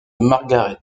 margaret